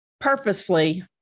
purposefully